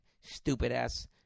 stupid-ass